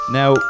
now